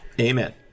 Amen